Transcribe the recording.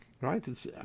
right